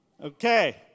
Okay